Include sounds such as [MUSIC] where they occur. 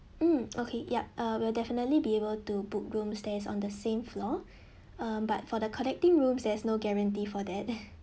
mm [NOISE] okay yup uh we'll definitely be able to book rooms there's on the same floor uh but for the connecting rooms there's no guarantee for that [LAUGHS]